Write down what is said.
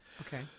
Okay